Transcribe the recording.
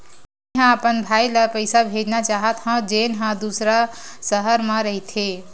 मेंहा अपन भाई ला पइसा भेजना चाहत हव, जेन हा दूसर शहर मा रहिथे